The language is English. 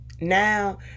Now